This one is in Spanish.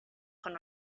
con